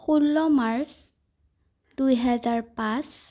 ষোল্ল মাৰ্চ দুহেজাৰ পাঁচ